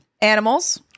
Animals